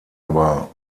aber